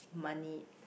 money